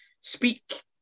speak